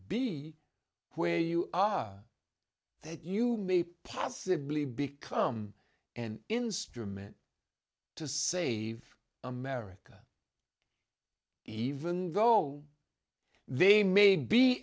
be where you are that you may possibly become an instrument to save america even though they may be